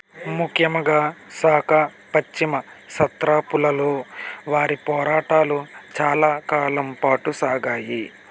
ముఖ్యంగా సాకా పశ్చిమ సత్రాపులలో వారి పోరాటాలు చాలా కాలం పాటు సాగాయి